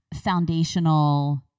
foundational